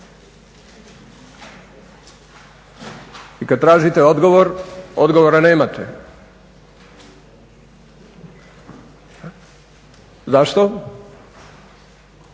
I kad tražite odgovor, odgovora nemate. Zašto?